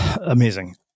Amazing